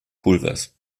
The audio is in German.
pulvers